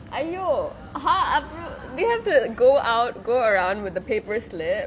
!aiyo! !huh! அப்ர்~:aprr~ we have to go out go around with the paper slip